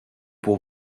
pour